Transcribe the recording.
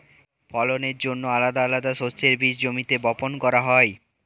ফলনের জন্যে আলাদা আলাদা শস্যের বীজ জমিতে বপন করা হয়